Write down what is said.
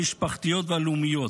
המשפחתיות והלאומיות.